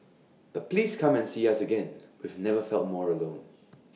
but please come and see us again we've never felt more alone